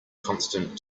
constant